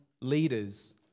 leaders